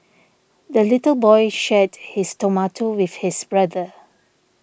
the little boy shared his tomato with his brother